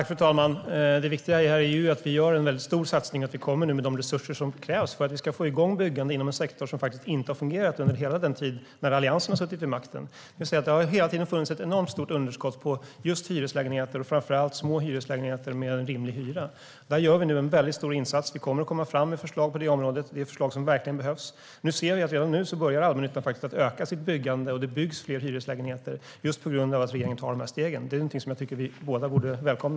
Fru talman! Det viktiga här är att vi gör en stor satsning och att vi nu kommer med de resurser som krävs för att vi ska få igång byggandet inom en sektor som inte har fungerat under hela den tid som Alliansen har suttit vid makten. Det har hela tiden funnits ett enormt stort underskott på hyreslägenheter, framför allt små hyreslägenheter med en rimlig hyra. Där gör vi nu en stor insats. Vi kommer att komma fram med förslag på området, och det är förslag som verkligen behövs. Vi ser att allmännyttan redan nu börjar öka sitt byggande. Det byggs fler hyreslägenheter just på grund av att regeringen tar de här stegen. Det är någonting som jag tycker att vi båda borde välkomna.